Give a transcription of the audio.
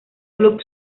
club